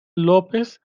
lópez